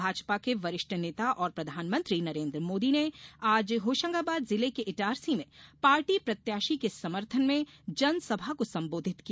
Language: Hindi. भाजपा के वरिष्ठ नेता और प्रधानमंत्री नरेन्द्र मोदी ने आज होशंगाबाद जिले के इटारसी में पार्टी प्रत्याशी राव उदय प्रताप सिंह के समर्थन में जनसभा को संबोधित किया